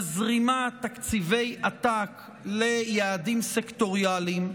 מזרימה תקציבי עתק ליעדים סקטוריאליים,